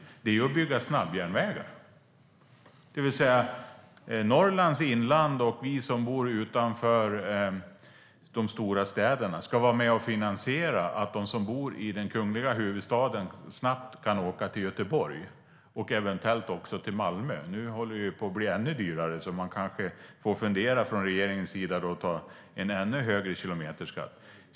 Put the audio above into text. De är till att bygga snabbjärnvägar. Norrlands inland och vi som bor utanför de stora städerna ska alltså vara med och finansiera att de som bor i kungliga huvudstaden snabbt kan åka till Göteborg och eventuellt också till Malmö. Men nu håller det på att bli ännu dyrare, så från regeringens sida kanske man behöver fundera över att ta ut en ännu högre kilometerskatt.